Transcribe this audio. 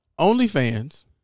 OnlyFans